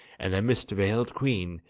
and the mist-veiled queen,